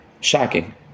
Shocking